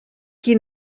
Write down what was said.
qui